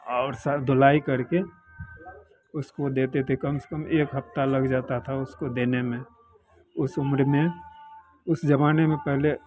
और सब धुलाई करके उसको देते थे कम से कम एक हफ़्ता लग जाता था उसको देने में उस उम्र में उस ज़माने में पहले